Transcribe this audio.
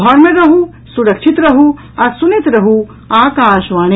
घर मे रहू सुरक्षित रहू आ सुनैत रहू आकाशवाणी